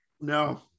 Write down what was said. No